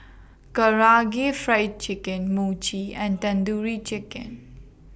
Karaage Fried Chicken Mochi and Tandoori Chicken